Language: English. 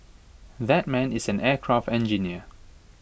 that man is an aircraft engineer